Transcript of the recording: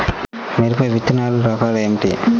మిరప విత్తనాల రకాలు ఏమిటి?